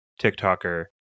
TikToker